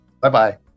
Bye-bye